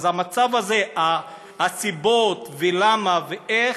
אז המצב הזה, הסיבות ולמה ואיך,